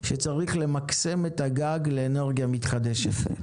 שצריך למקסם את הגג לאנרגיה מתחדשת.